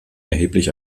erheblich